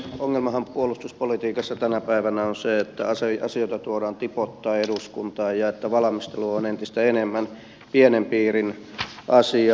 ongelmahan puolustuspolitiikassa tänä päivänä on se että asioita tuodaan tipoittain eduskuntaan ja että valmistelu on entistä enemmän pienen piirin asiaa